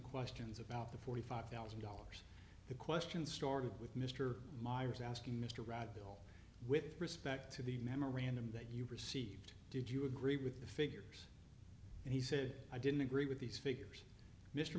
questions about the forty five thousand dollars the questions started with mr miers asking mr rudd bill with respect to the memorandum that you received did you agree with the figures and he said i didn't agree with these figures mr